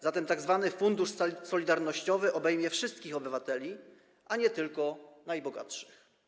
Zatem tzw. fundusz solidarnościowy obejmie wszystkich obywateli, a nie tylko najbogatszych.